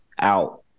Out